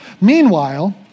Meanwhile